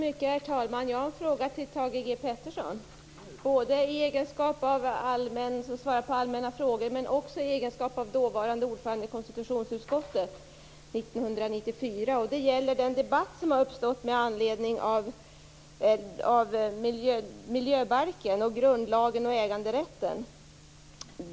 Herr talman! Jag har en fråga till Thage G Peterson i hans egenskap av statsråd som svarar på allmänna frågor och också i egenskap av förutvarande ordförande - 1994 - i konstitutionsutskottet. Det gäller den debatt som har uppstått i anledning av miljöbalken, om grundlagen och äganderätten.